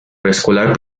preescolar